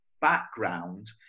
background